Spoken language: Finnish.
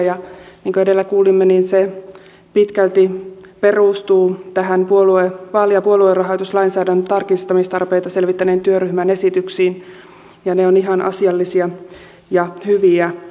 niin kuin edellä kuulimme niin se pitkälti perustuu vaali ja puoluerahoituslainsäädännön tarkistamistarpeita selvittäneen työryhmän esityksiin ja ne ovat ihan asiallisia ja hyviä